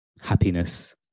happiness